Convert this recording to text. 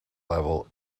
level